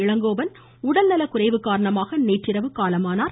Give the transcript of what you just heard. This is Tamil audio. இளங்கோவன் உடல்நலக் குறைவு காரணமாக நேற்றிரவு காலமானார்